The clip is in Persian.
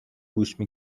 گوش